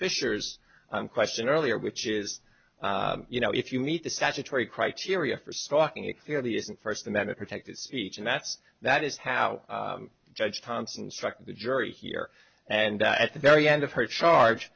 fisher's question earlier which is you know if you meet the statutory criteria for stalking it clearly isn't first amendment protected speech and that's that is how judge johnson struck the jury here and at the very end of her charge